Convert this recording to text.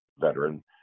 veteran